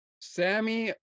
Sammy